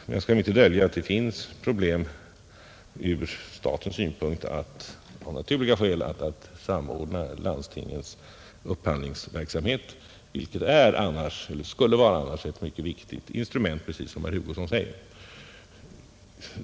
Jag skall inte dölja att det av naturliga skäl finns problem för staten att samordna landstingens upphandlingsverksamhet, vilket som herr Hugosson säger skulle vara ett mycket viktigt näringspolitiskt instrument.